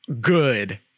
good